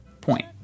point